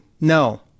No